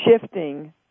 shifting